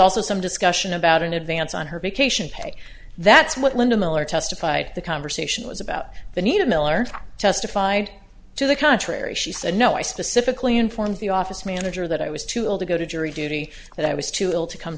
also some discussion about an advance on her vacation pay that's what linda miller testified the conversation was about the needle miller testified to the contrary she said no i specifically informed the office manager that i was too ill to go to jury duty that i was too ill to come